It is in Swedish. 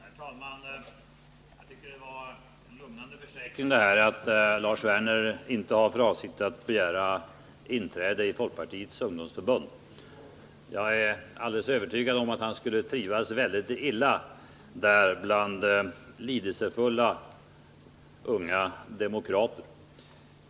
Herr talman! Jag tycker det var en lugnande försäkring att Lars Werner inte har för avsikt att begära inträde i folkpartiets ungdomsförbund. Jag är alldeles övertygad om att han skulle trivas väldigt illa där, bland lidelsefulla unga demokrater.